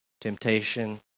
temptation